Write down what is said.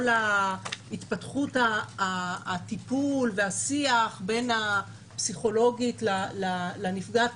התפתחות הטיפול והשיח בין הפסיכולוגית לנפגעת.